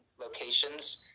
locations